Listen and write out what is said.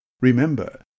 Remember